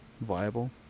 viable